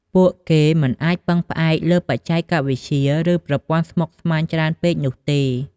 ពួកគេមិនអាចពឹងផ្អែកលើបច្ចេកវិទ្យា ឬប្រព័ន្ធស្មុគស្មាញច្រើនពេកនោះទេ។